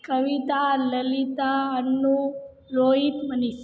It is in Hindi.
कविता ललिता अन्नू रोहित मनीस